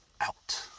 Out